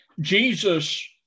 Jesus